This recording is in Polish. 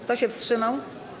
Kto się wstrzymał?